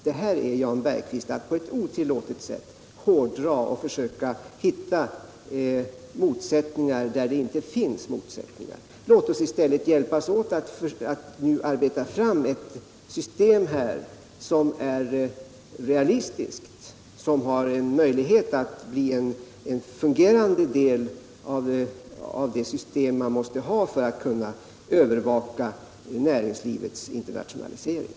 Det här är, Jan Bergqvist, att på ett otillåtet sätt hårdra och försöka hitta motsättningar där det inte finns motsättningar. Låt oss i stället hjälpas åt att nu arbeta fram ett system som är realistiskt och som har möjlighet att bli en fungerande del av det system som man måste ha för att kunna övervaka näringslivets internationalisering.